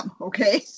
Okay